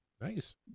nice